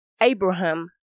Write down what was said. Abraham